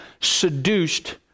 seduced